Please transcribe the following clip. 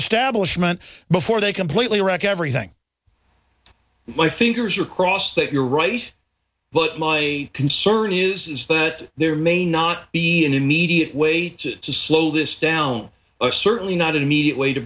establishment before they completely wreck everything my fingers are crossed that you're right but my concern is that there may not be an immediate way to slow this down a certainly not an immediate way to